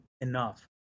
enough